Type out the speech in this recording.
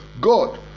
God